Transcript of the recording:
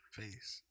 face